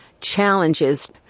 Challenges